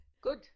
good